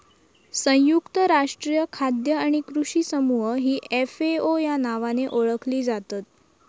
संयुक्त राष्ट्रीय खाद्य आणि कृषी समूह ही एफ.ए.ओ या नावाने ओळखली जातत